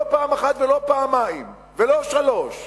לא פעם אחת ולא פעמיים, ולא שלוש פעמים.